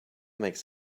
makes